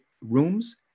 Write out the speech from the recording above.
rooms